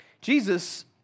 Jesus